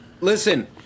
Listen